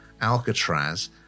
Alcatraz